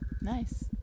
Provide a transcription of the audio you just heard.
Nice